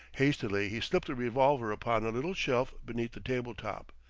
hastily he slipped the revolver upon a little shelf beneath the table-top.